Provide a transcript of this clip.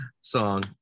song